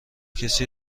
کسی